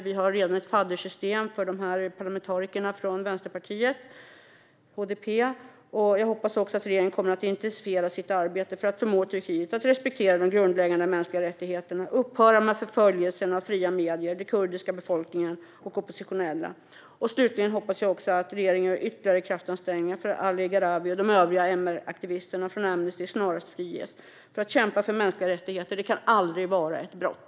Vi har redan ett faddersystem för parlamentarikerna från vänsterpartiet HDP. Jag hoppas också att regeringen kommer att intensifiera sitt arbete för att förmå Turkiet att respektera de grundläggande mänskliga rättigheterna och att upphöra med förföljelserna av fria medier, den kurdiska befolkningen och oppositionella. Slutligen hoppas jag också att regeringen gör ytterligare kraftansträngningar för att Ali Gharavi och de övriga MR-aktivisterna från Amnesty snarast ska friges, för att kämpa för mänskliga rättigheter kan aldrig vara ett brott.